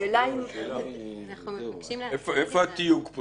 השאלה אם --- אנחנו מבקשים --- איפה התיוג פה